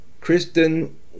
Kristen